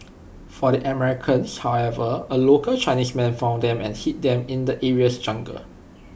for the Americans however A local Chinese man found them and hid them in the area's jungle